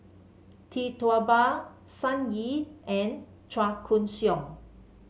Tee Tua Ba Sun Yee and Chua Koon Siong